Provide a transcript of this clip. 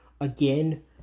again